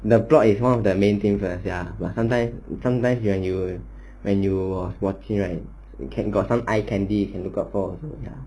the plot is one of the main things ya but sometimes sometimes when you when you are watching right you can got some eye candy you can look out for also ya